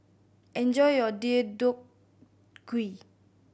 enjoy your Deodeok Gui